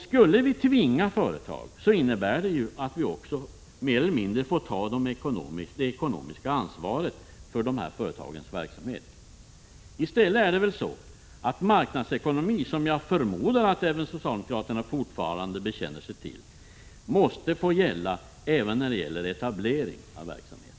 Skulle vi tvinga företag, innebär det att vi också mer eller mindre får ta det ekonomiska ansvaret för dessa företags verksamhet. Marknadsekonomin, som jag förmodar att även socialdemokraterna fortfarande bekänner sig till, måste väl få gälla även i fråga om etablering av verksamheter?